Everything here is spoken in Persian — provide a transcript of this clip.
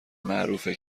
معروفه